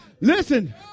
Listen